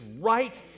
right